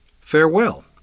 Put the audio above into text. farewell